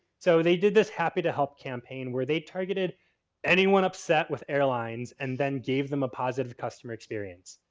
so, they did this happy to help campaign where they targeted anyone upset with airlines and then gave them a positive customer experience.